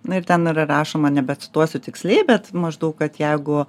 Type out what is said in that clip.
na ir ten yra rašoma nebecituosiu tiksliai bet maždaug kad jeigu